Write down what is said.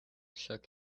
shook